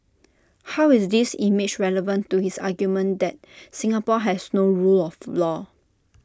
how is this image relevant to his argument that Singapore has no rule of law